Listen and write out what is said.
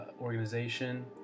organization